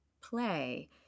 play